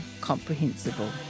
comprehensible